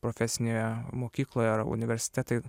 profesinėje mokykloje ar universitete